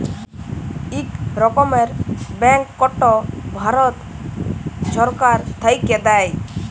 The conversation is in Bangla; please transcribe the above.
ইক রকমের ব্যাংকট ভারত ছরকার থ্যাইকে দেয়